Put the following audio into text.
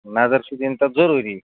نظر چھُ دِنۍ تَتھ ضروٗری